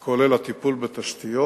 כולל הטיפול בתשתיות,